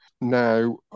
Now